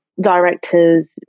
directors